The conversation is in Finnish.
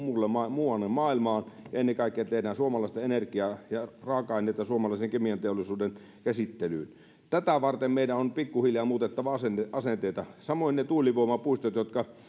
muualle maailmaan ja ennen kaikkea tehdään suomalaista energiaa ja raaka aineita suomalaisen kemianteollisuuden käsittelyyn tätä varten meidän on pikkuhiljaa muutettava asenteita asenteita samoin ne tuulivoimapuistot jotka